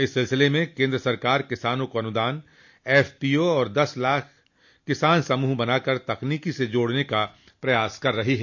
इस सिलसिले में केन्द्र सरकार किसानों को अनुदान एफपीओ और दस लाख किसान समूह बनाकर तकनीकी से जोड़ने का प्रयास कर रही है